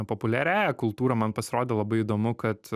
populiariąja kultūra man pasirodė labai įdomu kad